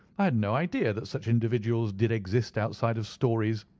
i had no idea that such individuals did exist outside of stories.